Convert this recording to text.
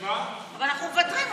אבל אנחנו מוותרים,